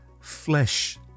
flesh